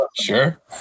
Sure